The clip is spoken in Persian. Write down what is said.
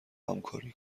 همکاری